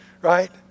right